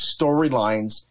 storylines